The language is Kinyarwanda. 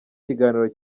ikiganiro